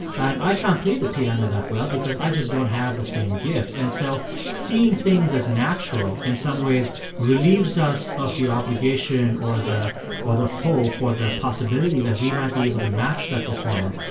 and i can't play the piano that well because i just don't have the same gift and so seeing things as natural in some ways relieves us of the obligation or the or the hope or the possibility that we might be able to match that performance.